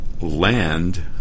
land